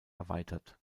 erweitert